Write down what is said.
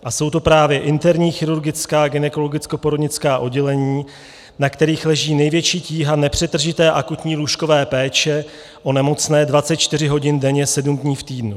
A jsou to právě interní chirurgická a gynekologickoporodnická oddělení, na kterých leží největší tíha nepřetržité akutní lůžkové péče o nemocné 24 hodin denně, sedm dní v týdnu.